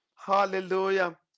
hallelujah